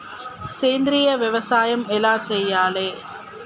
సేంద్రీయ వ్యవసాయం ఎలా చెయ్యాలే?